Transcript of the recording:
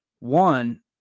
One